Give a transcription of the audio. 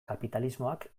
kapitalismoak